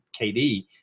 kd